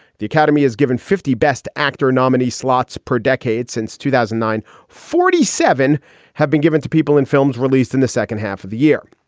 the academy has given fifty best actor nominees slots per decade. since two thousand and nine, forty seven have been given to people in films released in the second half of the year.